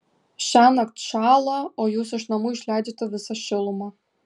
šiąnakt šąla o jūs iš namų išleidžiate visą šilumą